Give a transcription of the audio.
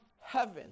heaven